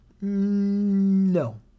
No